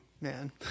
man